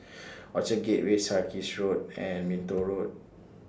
Orchard Gateway Sarkies Road and Minto Road